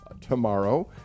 tomorrow